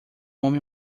homem